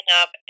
up